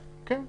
כן.